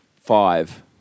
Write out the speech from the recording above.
five